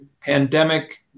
pandemic